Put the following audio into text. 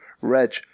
Reg